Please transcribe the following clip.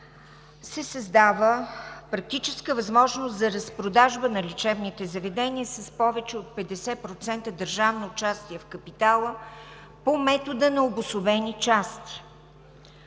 се създава практическа възможност за разпродажба на лечебните заведения с повече от 50% държавно участие в капитала по метода на обособени части.